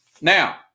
Now